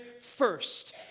first